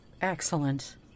Excellent